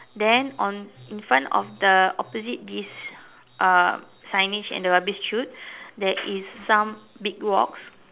then on in front of the opposite this uh signage and the rubbish chute there is some big rocks